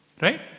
right